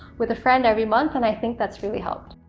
with a friend every month, and i think that's really helped.